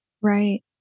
Right